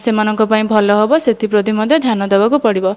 ସେମାନଙ୍କ ପାଇଁ ଭଲ ହବ ସେଥିପ୍ରତି ମଧ୍ୟ ଧ୍ୟାନ ଦେବାକୁ ପଡ଼ିବ